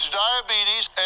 diabetes